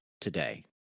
today